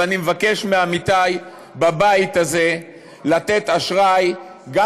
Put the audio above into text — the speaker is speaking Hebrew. ואני מבקש מעמיתי בבית הזה לתת אשראי גם